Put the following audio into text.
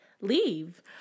leave